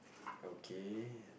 okay